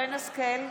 ושל המשרד